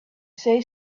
say